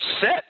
set